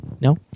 no